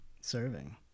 serving